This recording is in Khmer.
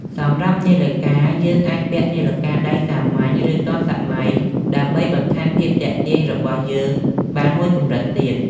សម្រាប់នាឡិកាយើងអាចពាក់នាឡិកាដៃសាមញ្ញ ឬទាន់សម័យដើម្បីបន្ថែមភាពទាក់ទាញរបស់យើងបានមួយកម្រិតទៀត។